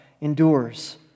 endures